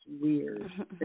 weird